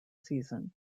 season